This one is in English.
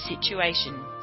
situation